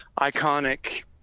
Iconic